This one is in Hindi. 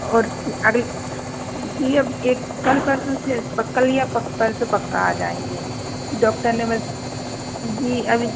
और अगल जी अब एक कल परसों से प कल या पक परसो पक्का आ जाएँगे डॉक्टर ने बस जी अभी